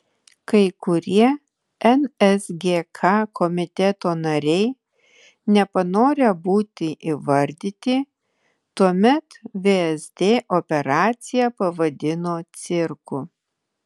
kai kurie nsgk komiteto nariai nepanorę būti įvardyti tuomet vsd operaciją pavadino cirku